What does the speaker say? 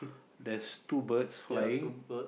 there is two birds flying